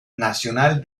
nacional